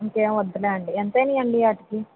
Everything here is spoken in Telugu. ఇంకెమీ వద్దులేండి ఎంత అయ్యిందండి వాటికి